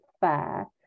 fair